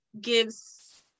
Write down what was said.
gives